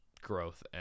growth